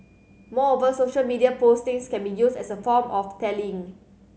moreover social media postings can be used as a form of tallying